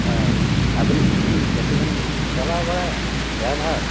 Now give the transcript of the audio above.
ᱚ ᱟᱵᱮᱱ ᱜᱮ ᱠᱤ ᱜᱟᱹᱰᱤ ᱵᱮᱱ ᱪᱟᱞᱟᱣ ᱵᱟᱲᱟᱭᱟ ᱰᱟᱭᱵᱷᱟᱨ